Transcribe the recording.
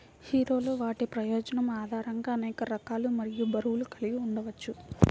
హీరోలు వాటి ప్రయోజనం ఆధారంగా అనేక రకాలు మరియు బరువులు కలిగి ఉండవచ్చు